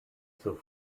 zur